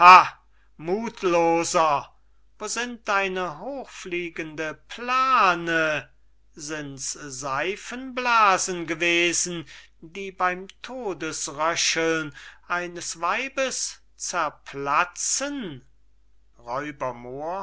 muthloser wo sind deine hochfliegenden plane sinds saifenblasen gewesen die beym hauch eines weibes zerplatzen